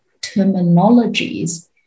terminologies